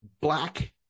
Black